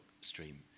stream